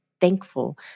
thankful